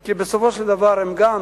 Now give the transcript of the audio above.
כי בסופו של דבר הם גם